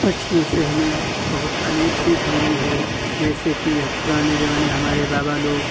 पक्षियों से हमें बहुत अनेक सीख मिली हैं जैसे कि यह पुराने ज़माने में हमारे बाबा लोग